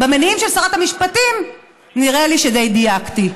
במניעים של שרת המשפטים נראה לי שדי דייקתי.